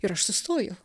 ir aš sustoju